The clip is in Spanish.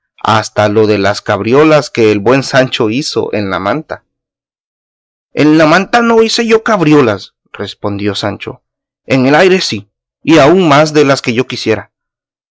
hasta lo de las cabriolas que el buen sancho hizo en la manta en la manta no hice yo cabriolas respondió sancho en el aire sí y aun más de las que yo quisiera